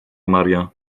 maria